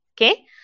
okay